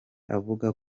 avuga